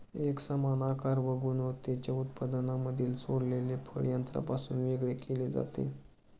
एकसमान आकार व गुणवत्तेच्या उत्पादनांमधील सडलेले फळ यंत्रापासून वेगळे केले जाते